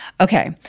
Okay